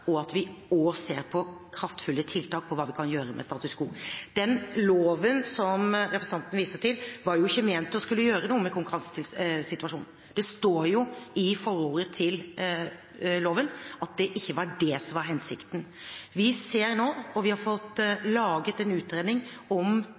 og at vi også ser på kraftfulle tiltak til hva vi kan gjøre med status quo. Den loven som representanten viste til, var ikke ment å skulle gjøre noe med konkurransesituasjonen. Det står i forordet til loven at det ikke var det som var hensikten. Vi har fått laget en utredning om handelshindringer. Der er det en rekke forslag som vi har